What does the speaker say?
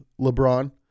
LeBron